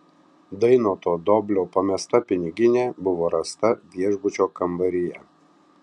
dainoto doblio pamesta piniginė buvo rasta viešbučio kambaryje